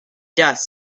dust